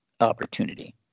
opportunity